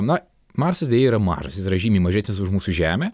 na marsas deja yra mažas jis yra žymiai mažesnis už mūsų žemę